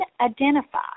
identify